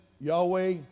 yahweh